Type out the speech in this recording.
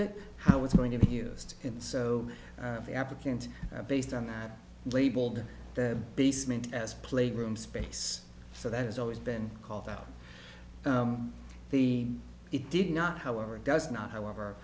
it how it's going to be used and so the applicant based on that labeled the basement as played room space so that has always been called out the it did not however it does not however